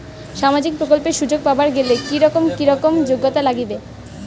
সামাজিক প্রকল্পের সুযোগ পাবার গেলে কি রকম কি রকম যোগ্যতা লাগিবে?